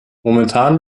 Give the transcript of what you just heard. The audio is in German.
momentan